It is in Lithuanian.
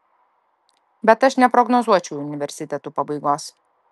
bet aš neprognozuočiau universitetų pabaigos